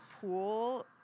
pool